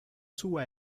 sua